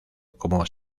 como